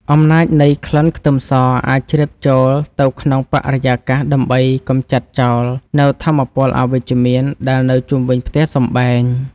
អំណាចនៃក្លិនខ្ទឹមសអាចជ្រាបចូលទៅក្នុងបរិយាកាសដើម្បីកម្ចាត់ចោលនូវថាមពលអវិជ្ជមានដែលនៅជុំវិញផ្ទះសម្បែង។